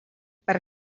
per